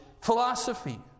philosophy